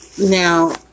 now